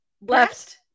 left